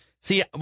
See